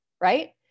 right